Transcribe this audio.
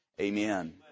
Amen